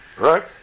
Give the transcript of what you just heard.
right